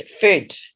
food